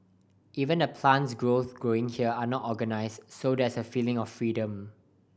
even the plants grows growing here are not organised so there's a feeling of freedom